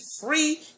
free